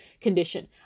condition